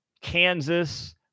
Kansas